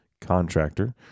contractor